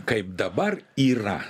kaip dabar yra